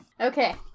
Okay